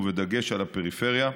בדגש על הפריפריה.